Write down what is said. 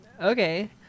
okay